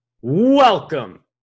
Welcome